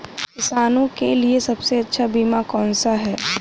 किसानों के लिए सबसे अच्छा बीमा कौन सा है?